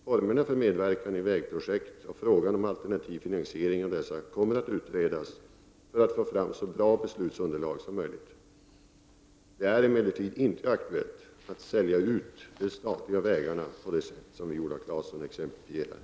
Formerna för med verkan i vägprojekt och frågan om alternativ finansiering av dessa kommer att utredas för att få fram så bra beslutsunderlag som möjligt. Det är emellertid inte aktuellt att sälja ut de statliga vägarna på det sätt som Viola Claesson exemplifierar.